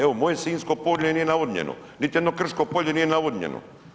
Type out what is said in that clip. Evo moje Sinjsko polje nije navodnjeno, niti jedno krško polje nije navodnjeno.